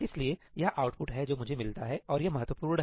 इसलिए यह आउटपुट है जो मुझे मिलता है और यह महत्वपूर्ण है